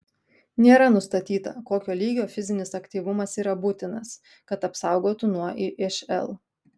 nėra nustatyta kokio lygio fizinis aktyvumas yra būtinas kad apsaugotų nuo išl